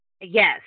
yes